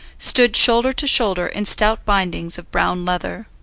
stood shoulder to shoulder in stout bindings of brown leather.